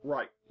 Right